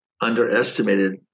underestimated